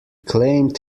claimed